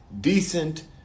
decent